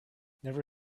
never